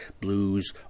blues